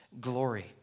glory